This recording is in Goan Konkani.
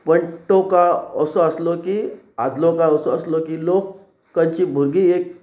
पण तो काळ असो आसलो की आदलो काळ असो आसलो की लोकांची भुरगीं एक